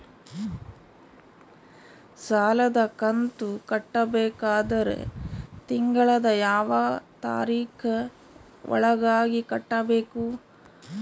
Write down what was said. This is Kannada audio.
ಸಾಲದ ಕಂತು ಕಟ್ಟಬೇಕಾದರ ತಿಂಗಳದ ಯಾವ ತಾರೀಖ ಒಳಗಾಗಿ ಕಟ್ಟಬೇಕು?